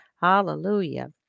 Hallelujah